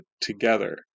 together